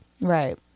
Right